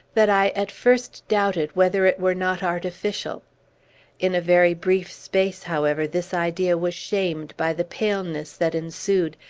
that i at first doubted whether it were not artificial in a very brief space, however, this idea was shamed by the paleness that ensued,